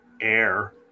air